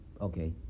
Okay